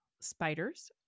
spiders